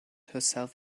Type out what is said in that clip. herself